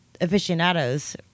aficionados